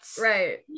right